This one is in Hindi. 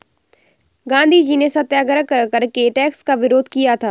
गांधीजी ने सत्याग्रह करके टैक्स का विरोध किया था